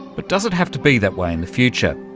but does it have to be that way in the future?